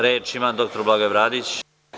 Reč ima dr Blagoje Bradić.